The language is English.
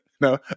no